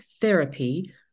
therapy